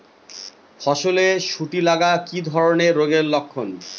ফসলে শুটি লাগা কি ধরনের রোগের লক্ষণ?